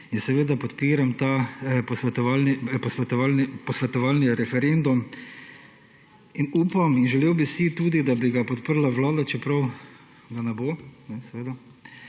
In seveda podpiram ta posvetovalni referendum in upam in želel bi si tudi, da bi ga podprla vlada, čeprav ga ne bo, seveda.